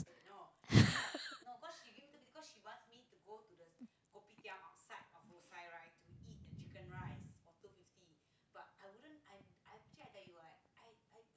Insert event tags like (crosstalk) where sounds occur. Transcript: (laughs)